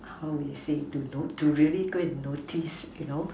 how would you say to really go and notice you know